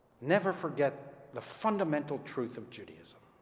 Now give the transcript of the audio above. never forget the fundamental truth of judaism.